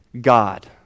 God